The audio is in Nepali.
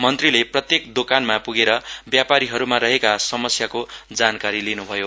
मन्त्रीले प्रत्येक दोकानमा पुगेर व्यापारीहरूमा रहेका समस्यको जानकारी लिनुभयो